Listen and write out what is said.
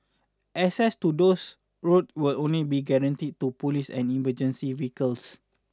access to those road will only be granted to police and emergency vehicles